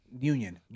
union